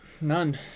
None